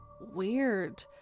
weird